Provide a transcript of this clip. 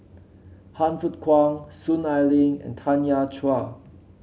Han Fook Kwang Soon Ai Ling and Tanya Chua